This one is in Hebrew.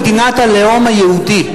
כי אנחנו מדינת הלאום היהודי.